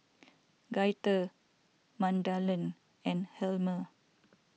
Gaither Magdalen and Helmer